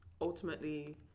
ultimately